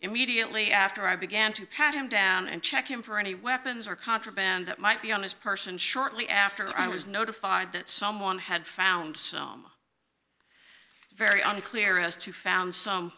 immediately after i began to pat him down and check him for any weapons or contraband that might be on his person shortly after i was notified that someone had found some very unclear as to found some